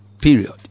Period